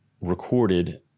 recorded